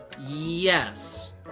Yes